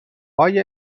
های